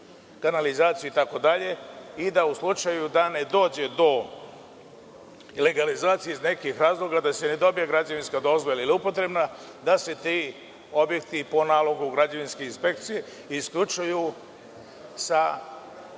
kanalizaciju, itd. i da u slučaju da ne dođe do legalizacije iz nekih razloga, da se ne dobije građevinska dozvola ili upotrebna, da se ti objekti po nalogu građevinske inspekcije isključuju sa